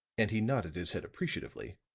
and he nodded his head appreciatively,